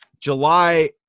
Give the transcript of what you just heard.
July